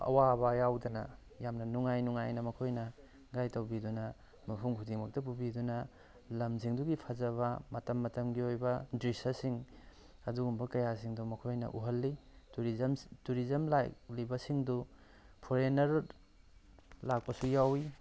ꯑꯋꯥꯕ ꯌꯥꯎꯗꯅ ꯌꯥꯝꯅ ꯅꯨꯡꯉꯥꯏ ꯅꯨꯡꯉꯥꯏꯅ ꯃꯈꯣꯏꯅ ꯒꯥꯏꯠ ꯇꯧꯕꯤꯗꯨꯅ ꯃꯐꯝ ꯈꯨꯗꯤꯡꯃꯛꯇ ꯄꯨꯕꯤꯗꯨꯅ ꯂꯝꯁꯤꯡꯗꯨꯒꯤ ꯐꯖꯕ ꯃꯇꯝ ꯃꯇꯝꯒꯤ ꯑꯣꯏꯕ ꯗ꯭ꯔꯤꯁ꯭ꯌꯁꯤꯡ ꯑꯗꯨꯒꯨꯝꯕ ꯀꯌꯥꯁꯤꯡꯗꯨ ꯃꯈꯣꯏꯅ ꯎꯍꯟꯂꯤ ꯇꯨꯔꯤꯖꯝ ꯇꯨꯔꯤꯖꯝ ꯂꯥꯛꯂꯤꯕꯁꯤꯡꯗꯨ ꯐꯣꯔꯦꯟꯅꯔ ꯂꯥꯛꯄꯁꯨ ꯌꯥꯎꯋꯤ